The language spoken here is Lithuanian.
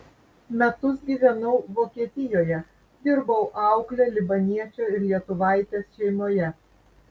metus gyvenau vokietijoje dirbau aukle libaniečio ir lietuvaitės šeimoje